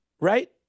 right